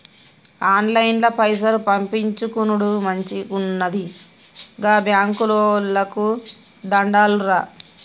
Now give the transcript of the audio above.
ఆన్లైన్ల పైసలు పంపిచ్చుకునుడు మంచిగున్నది, గా బాంకోళ్లకు దండాలురా